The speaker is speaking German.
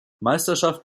meisterschaft